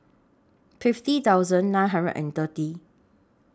fifty thousand nine hundred and thirty